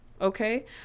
okay